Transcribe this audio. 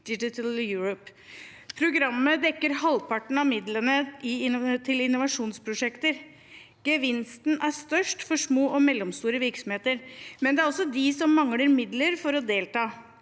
Digital Europe. Programmet dekker halvparten av midlene til innovasjonsprosjekter. Gevinsten er størst for små og mellomstore virksomheter, men det er også de som mangler midler for å delta.